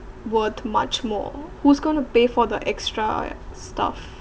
worth much more who's going to pay for the extra stuff